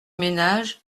ménage